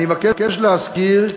אני מבקש להזכיר,